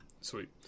Sweet